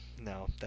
No